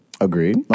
Agreed